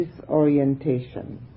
disorientation